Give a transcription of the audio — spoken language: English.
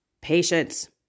patience